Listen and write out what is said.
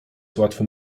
łatwym